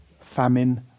famine